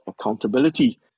accountability